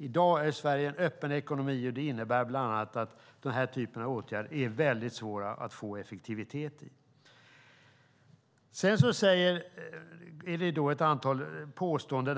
I dag är Sverige en öppen ekonomi, och det innebär bland annat att den här typen av åtgärder är mycket svåra att få effektivitet i. Det görs en del påståenden.